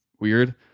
weird